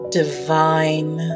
divine